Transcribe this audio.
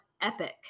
Epic